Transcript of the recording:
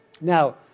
Now